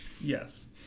Yes